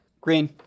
Green